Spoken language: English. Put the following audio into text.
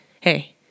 hey